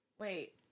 Wait